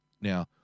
now